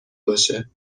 باشه